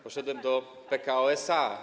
Poszedłem do Pekao SA.